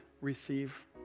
receive